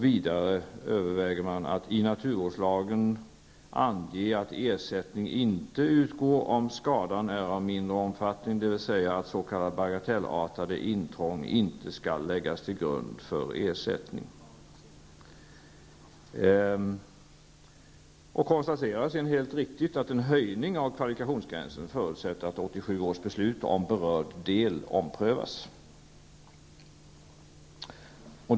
Vidare överväger man att i naturvårdslagen ange att ersättning inte utgår om skadan är av mindre omfattning, dvs. att s.k. bagatellartade intrång inte skall läggas till grund för ersättning. Arbetsgruppen konstaterar sedan helt riktigt att en höjning av kvalifikationsgränsen förutsätter att 1987 års beslut om berörd del omprövas.